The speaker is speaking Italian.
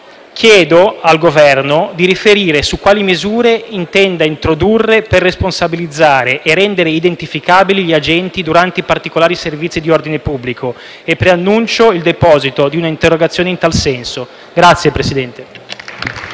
Chiedo al Governo di riferire su quali misure intenda introdurre per responsabilizzare e rendere identificabili gli agenti durante i particolari servizi di ordine pubblico e preannuncio il deposito di un'interrogazione in tal senso. *(Applausi